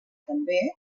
també